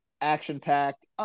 Action-packed